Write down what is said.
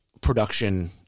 production